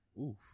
Oof